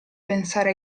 pensare